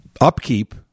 upkeep